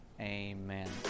Amen